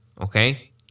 okay